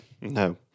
No